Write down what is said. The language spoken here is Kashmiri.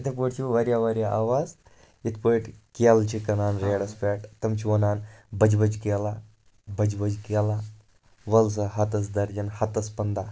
اِتھٕے پٲٹھۍ چھِ واریاہ واریاہ آواز یتھ پٲٹھۍ کیلہٕ چھِ کٕنان ریڈَس پؠٹھ تِم چھِ وَنان بَجہِ بَجہِ کیلہٕ ہا بَجہِ بَجہِ کیلہٕ ہا وَل سا ہتَس دَرجَن ہتَس پَنٛداہ